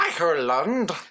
Ireland